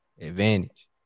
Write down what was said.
advantage